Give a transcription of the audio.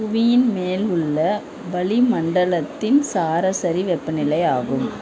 புவியின் மேல் உள்ள வளிமண்டலத்தின் சராசரி வெப்பநிலை ஆகும்